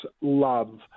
love